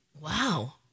Wow